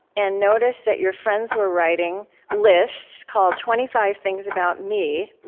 and noticed that your friends were writing lists called twenty five things about me.